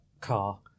Car